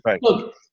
look